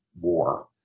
war